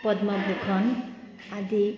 পদ্মভূষন আদি